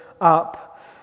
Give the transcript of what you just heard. up